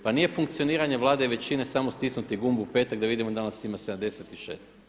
Pa nije funkcioniranje Vlade i većine samo stisnuti gumb u petak da vidimo da li nas ima 76.